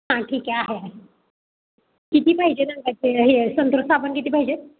हां ठीक आहे आहे किती पाहिजे हे संतूर साबण किती पाहिजे